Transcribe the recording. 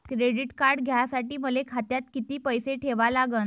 Credit card घ्यासाठी मले खात्यात किती पैसे ठेवा लागन?